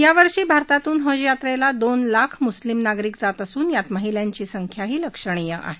यावर्षी भारतातून हजयात्रेला दोन लाख मुस्लिम नागरिक जात असून यात महिलांची संख्याही लक्षणीय आहे